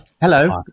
Hello